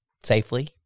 safely